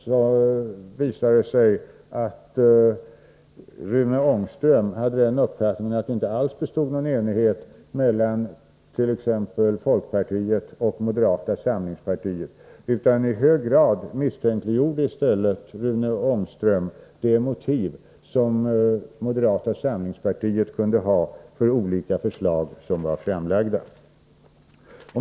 Det visade sig att Rune Ångström hade den uppfattningen att det inte alls bestod någon enighet mellan t.ex. folkpartiet och moderata samlingspartiet. I hög grad misstänkliggjorde i stället Rune Ångström de motiv som moderata samlingspartiet kunde ha för olika förslag som var framlagda.